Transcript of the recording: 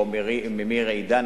או ממיר "עידן",